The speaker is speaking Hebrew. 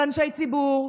על אנשי ציבור,